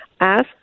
Ask